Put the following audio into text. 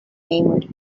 memory